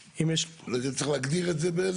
צריך להגדיר את זה.